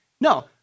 No